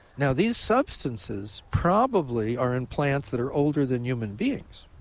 now these substances probably are in plants that are older than human beings.